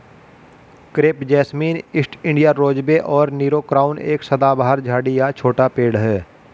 crepe jasmine, East India rosebay और Nero crown एक सदाबहार झाड़ी या छोटा पेड़ है